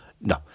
No